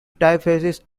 typefaces